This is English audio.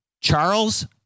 Charles